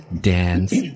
dance